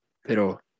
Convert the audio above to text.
Pero